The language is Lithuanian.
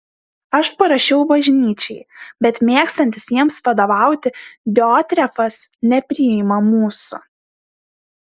aš parašiau bažnyčiai bet mėgstantis jiems vadovauti diotrefas nepriima mūsų